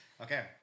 Okay